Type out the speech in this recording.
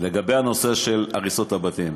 לגבי הנושא של הריסות הבתים.